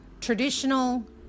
traditional